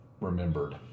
remembered